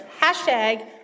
hashtag